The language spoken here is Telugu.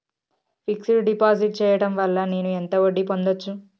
ఫిక్స్ డ్ డిపాజిట్ చేయటం వల్ల నేను ఎంత వడ్డీ పొందచ్చు?